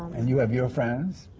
and you have your friends,